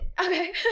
okay